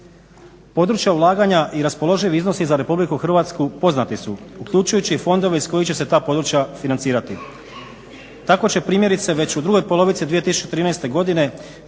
Područja ulaganja i raspoloživi iznosi za RH poznati su, uključujući i fondove iz kojih će se ta područja financirati. Tako će primjerice već u drugoj polovici 2013. godine